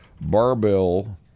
barbell